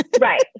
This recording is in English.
Right